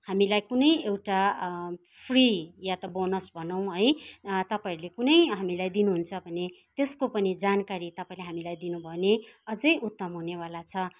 हामीलाई कुनै एउटा फ्री या त बोनस भनौँ है तपाईँहरूले कुनै हामीलाई दिनुहुन्छ भने त्यसको पनि जानकारी तपाईँहरूले हामीलाई दिनु भयो भने अझै उत्तम हुनेवाला छ